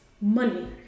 money